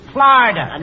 Florida